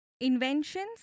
inventions